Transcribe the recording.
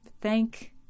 thank